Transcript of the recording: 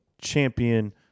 champion